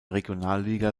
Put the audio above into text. regionalliga